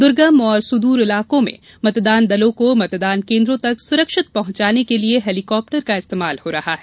दुर्गम तथा सुदूर इलाकों में मतदान दलों को मतदान केन्द्रों तक सुरक्षित पहुंचाने के लिए हेलीकाप्टर का इस्तेमाल हो रहा है